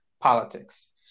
politics